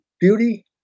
beauty